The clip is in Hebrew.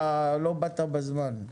אתה לא באת בזמן.